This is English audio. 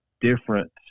different